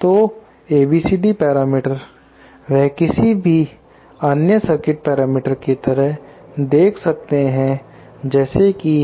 तो ABCD parameter वह किसी भी अन्य सर्किट पैरामीटर्स की तरह देख सकते हैं जैसे कि